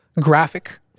graphic